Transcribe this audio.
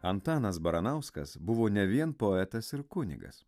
antanas baranauskas buvo ne vien poetas ir kunigas